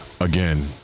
Again